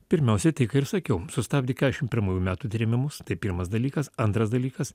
pirmiausiai tai ką ir sakiau sustabdė keturiasdešim pirmųjų metų trėmimus tai pirmas dalykas antras dalykas